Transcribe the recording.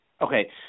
okay